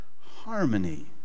harmony